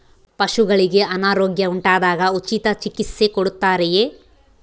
ಪಶುಗಳಿಗೆ ಅನಾರೋಗ್ಯ ಉಂಟಾದಾಗ ಉಚಿತ ಚಿಕಿತ್ಸೆ ಕೊಡುತ್ತಾರೆಯೇ?